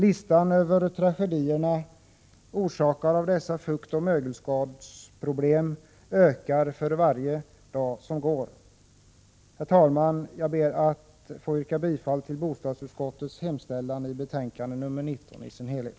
Listan över tragedier, orsakade av fuktoch mögelskador, ökar för varje dag som går. Herr talman! Jag ber att få yrka bifall till bostadsutskottets hemställan i betänkande nr 19 i dess helhet.